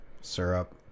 syrup